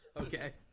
okay